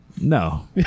No